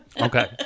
Okay